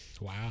Wow